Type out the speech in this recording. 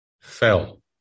fell